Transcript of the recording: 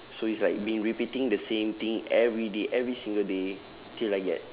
so it's like been repeating the same thing every day every single day till I get